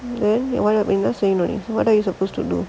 then you are என்ன செய்னும்:enna seinum what are you suppose to do